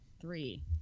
Three